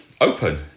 open